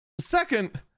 Second